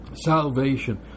salvation